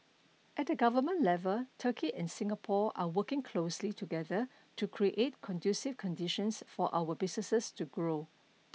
at the government level Turkey and Singapore are working closely together to create conducive conditions for our businesses to grow